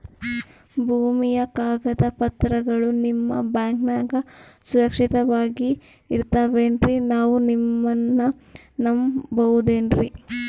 ಭೂಮಿಯ ಕಾಗದ ಪತ್ರಗಳು ನಿಮ್ಮ ಬ್ಯಾಂಕನಾಗ ಸುರಕ್ಷಿತವಾಗಿ ಇರತಾವೇನ್ರಿ ನಾವು ನಿಮ್ಮನ್ನ ನಮ್ ಬಬಹುದೇನ್ರಿ?